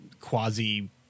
quasi